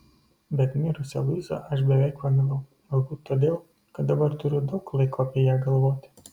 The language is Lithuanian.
bet mirusią luizą aš beveik pamilau galbūt todėl kad dabar turiu daug laiko apie ją galvoti